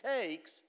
takes